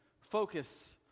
focus